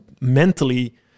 mentally